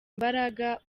imbaraga